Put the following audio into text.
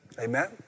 Amen